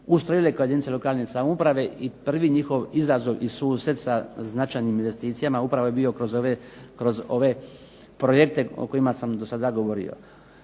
ustrojile kao jedinice lokalne samouprave i prvi njihov izazov i susret sa značajnim investicijama upravo je bio kroz ove projekte o kojima sam do sada govorio.